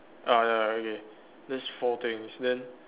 ah ya okay that's four things then